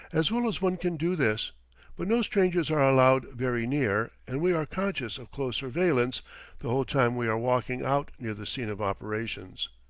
as well as one can do this but no strangers are allowed very near, and we are conscious of close surveillance the whole time we are walking out near the scene of operations.